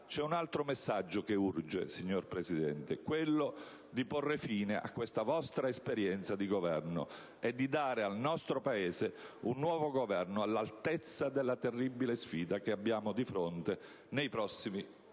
C'è un altro messaggio che urge: quello di porre fine a questa vostra esperienza di Governo e di dare al nostro Paese un nuovo Governo all'altezza della terribile sfida che abbiamo di fronte nei prossimi anni.